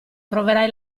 troverai